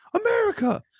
America